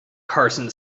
carson